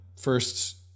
first